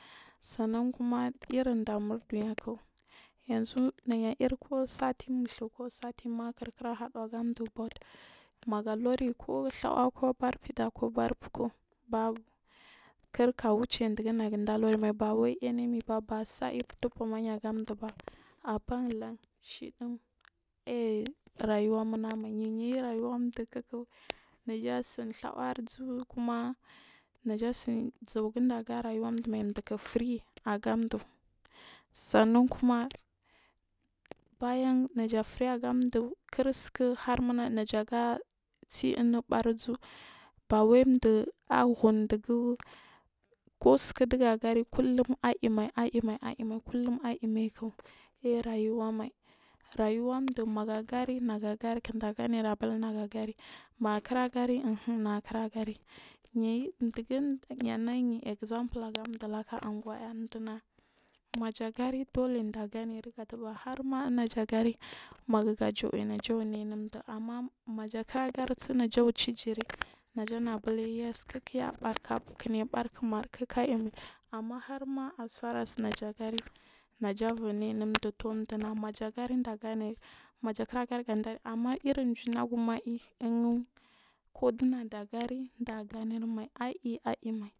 Sannan kumma irri ɗarmu ɗuniya yazu nayi iku sati muɗlu ko sati makir kira haɗugaɗu but meglurin ku ɗhawa kubar fiɗa ko bar puku babu karka wuce ɗugu nagu ɗa lurmai bawai enemies ba bas ai futumagu ajiba aban lan shidin airayuwa munagu mai me yeyi rayuwan dulkik najasin arzu kuma naja tsin zuwgunda agara uwan ɗuumai ɗuccku pree agan ɗuu sannan kuma bayan naja pre agan ɗuu usrku hermuna naja ga si inu ɓar uzu bawai hum vuga kulum aimai aimai aimai aimaii k aiy rayuwamai, rayuwan duu maga gari nagagari dkindagene abur nega gari mega kikragari uhun naga kiragari yeyi ɗugu yrnai example anu ɗulaka a awawa iya ɗumama jagari ɗure ɗa ganeri katabar harm a naja gari magu ga jurm naja naunuu m duu, amma maja kiragarisu najibur cikjiri najana burya tsikukuuya kiya bar kimar kiku aimai amma harma asfarance naja gari jabur niy nun ɗuu tuu dunmajagari ɗa ganeri maja kira gari amma iri kinagum aiy kudunada gari da gane mai aiy ku na da gari ɗa gane mai aiyi aiyimai.